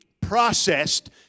processed